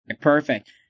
Perfect